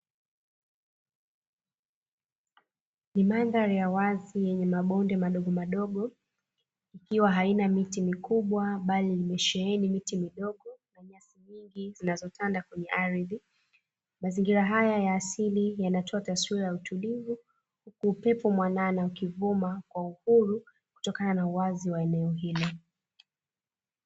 Ni mandhari ya wazi yenye mabonde madogomadogo, ikiwa haina miti mikubwa, bali imesheheni miti midogo na nyasi nyingi zinazotanda kwenye ardhi. Mazingira haya ya asili yanatoa taswira ya utulivu, huku upepo mwanana ukivuma kwa uhuru kutokana na uwazi wa eneo hilo.